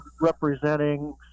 representing